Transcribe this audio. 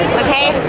ok,